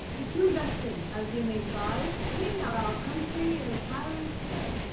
is to invest him as we may devise king of our country in the tyrant's stead.